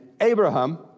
Abraham